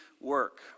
work